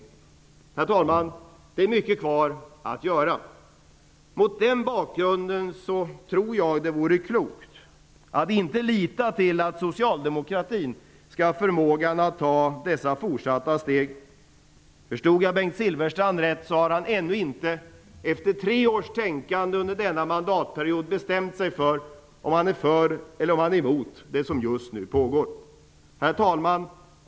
Herr talman! Det är mycket kvar att göra. Mot den bakgrunden tror jag att det vore klokt att inte lita på att socialdemokratin skall ha förmågan att ta dessa fortsatta steg. Om jag förstod Bengt Silfverstrand rätt, har han ännu inte, efter tre års tänkande under denna mandatperiod, bestämt sig för om han är för eller emot det som just nu pågår. Herr talman!